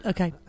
Okay